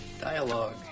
Dialogue